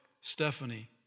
Stephanie